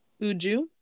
uju